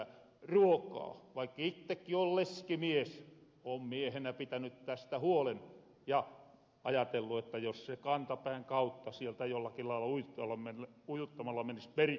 vaikk itteki oon leskimies oon miehenä pitänyt tästä huolen ja ajatellu että jos se kantapään kautta sieltä jollaki lailla ujuttamalla menis perille